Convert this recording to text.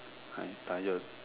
I'm tired